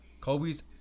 Kobe's